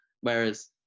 whereas